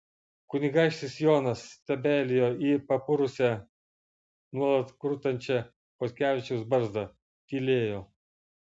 kunigaikštis jonas stebeilijo į papurusią nuolat krutančią chodkevičiaus barzdą tylėjo